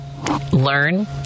learn